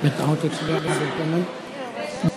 גילויי עניינים של נבחרי ציבור,